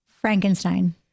frankenstein